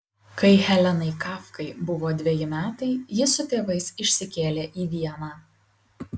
kai helenai kafkai buvo dveji metai ji su tėvais išsikėlė į vieną